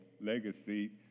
legacy